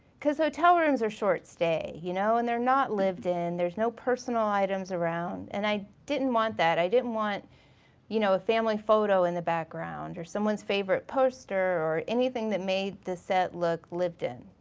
cause hotel rooms are short stay, you know? and they're not lived in, there's no personal items around. and i didn't want that, i didn't want you know a family photo in the background or someone's favorite poster or anything that made the set look lived in.